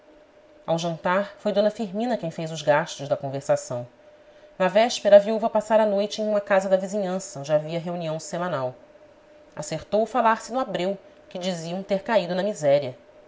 ao jantar foi d firmina quem fez os gastos da conversação na véspera a viúva passara a noite em uma casa da vizinhança onde havia reunião semanal acertou falar-se no abreu que di ziam ter caído na miséria